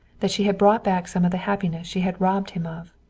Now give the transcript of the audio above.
that she had brought back some of the happiness she had robbed him of.